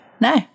No